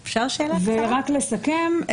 רק לסכם,